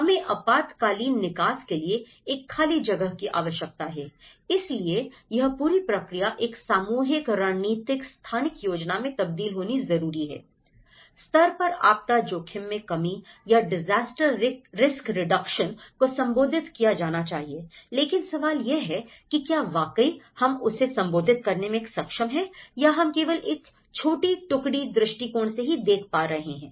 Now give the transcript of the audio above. हमें आपातकालीन निकास के लिए एक खाली जगह की आवश्यकता है इसलिए यह पूरी प्रक्रिया एक सामूहिक रणनीतिक स्थानिक योजना में तब्दील होनी जरूरी हैI स्तर पर आपदा जोखिम में कमी या डिजास्टर रिस्क रिडक्शन को संबोधित किया जाना चाहिए लेकिन सवाल यह है कि क्या वाकई हम उसे संबोधित करने में सक्षम हैं या हम केवल एक छोटी टुकड़ी दृष्टिकोण से ही देख पा रहे हैं